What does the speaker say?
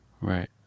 Right